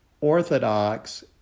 Orthodox